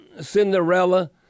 Cinderella